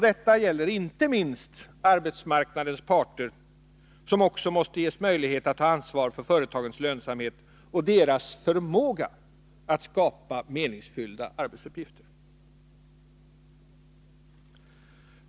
Detta gäller inte minst arbetsmarknadens parter, som också måste ges möjlighet att ta ansvar för företagens lönsamhet och deras förmåga att skapa meningsfyllda arbetsuppgifter.